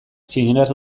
txineraz